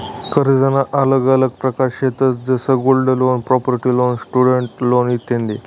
कर्जना आल्लग आल्लग प्रकार शेतंस जसं gold loan, property loan, student loan इत्यादी